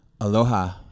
Aloha